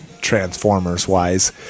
Transformers-wise